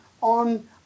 on